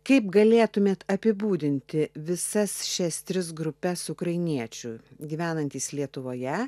kaip galėtumėt apibūdinti visas šias tris grupes ukrainiečių gyvenantys lietuvoje